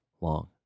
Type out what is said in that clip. long